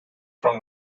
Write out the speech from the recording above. from